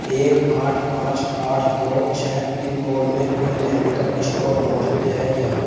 ایک آٹھ پانچ آٹھ دو چھ پن کوڈ میں کوئی میڈیکل اسٹور موجود ہے کیا